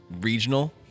regional